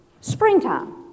springtime